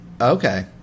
Okay